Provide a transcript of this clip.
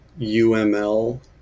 UML